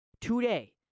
Today